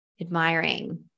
admiring